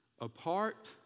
Apart